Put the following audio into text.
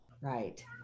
Right